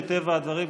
מטבע הדברים,